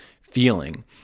feeling